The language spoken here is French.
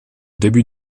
début